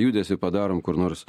judesį padarom kur nors